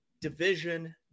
division